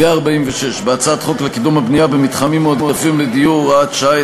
ו-46 בהצעת חוק לקידום הבנייה במתחמים מועדפים לדיור (הוראת שעה),